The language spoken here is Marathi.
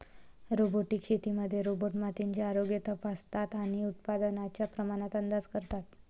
रोबोटिक शेतीमध्ये रोबोट मातीचे आरोग्य तपासतात आणि उत्पादनाच्या प्रमाणात अंदाज करतात